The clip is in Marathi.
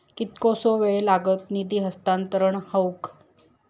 कितकोसो वेळ लागत निधी हस्तांतरण हौक?